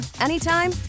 anytime